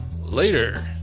later